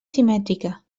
simètrica